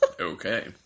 Okay